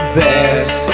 best